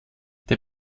der